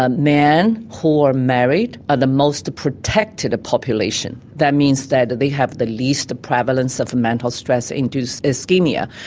ah men who are married are the most protected population. that means that they have the least prevalence of mental stress induced ischemia.